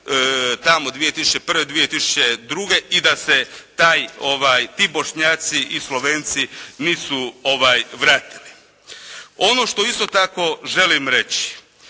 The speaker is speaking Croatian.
tamo 2001., 2002. i da se taj, ti Bošnjaci i Slovenci nisu vratili. Ono što isto tako želim reći,